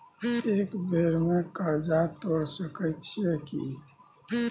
एक बेर में कर्जा तोर सके छियै की?